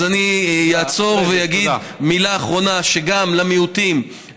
אז אני אעצור ואגיד מילה אחרונה: גם למיעוטים,